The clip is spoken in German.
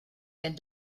der